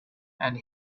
and